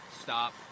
Stop